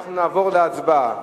אנחנו נעבור להצבעה.